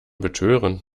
betören